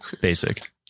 Basic